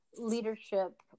leadership